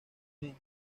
teen